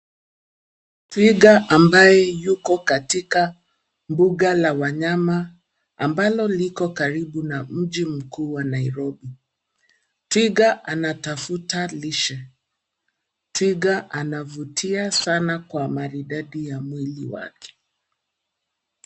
Twiga ambaye yoko katika mbuga la wanyama ambalo liko karibu na mji mkuu wa Nairobi. Twiga anatafuta lishe, Twiga anavutia sana kwa maridadi ya mwili wake.